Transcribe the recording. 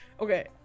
Okay